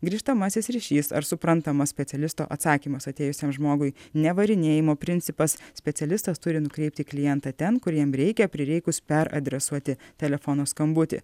grįžtamasis ryšys ar suprantamas specialisto atsakymas atėjusiam žmogui nevarinėjimo principas specialistas turi nukreipti klientą ten kur jam reikia prireikus peradresuoti telefono skambutį